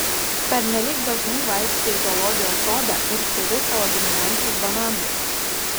pernelyg dažnai vaikštai į zoologijos sodą ir šeri savo giminaičius bananais